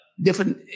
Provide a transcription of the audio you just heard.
different